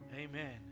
Amen